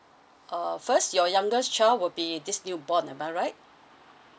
uh first your youngest child will be this new born am I right